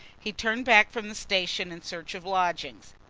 he turned back from the station in search of lodgings.